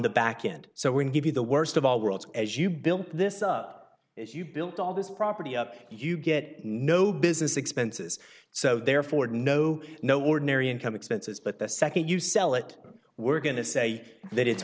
the back end so we can give you the worst of all worlds as you built this up if you built all this property up you get no business expenses so therefore no no ordinary income expenses but the nd you sell it we're going to say that it's